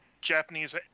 Japanese